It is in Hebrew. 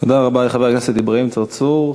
תודה רבה לחבר הכנסת אברהים צרצור.